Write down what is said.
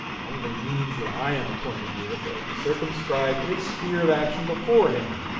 the only means that i am acquainted with are to circumscribe its sphere of action beforehand,